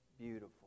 beautiful